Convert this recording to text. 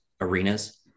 arenas